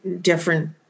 different